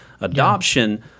adoption